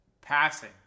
passing